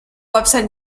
website